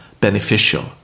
beneficial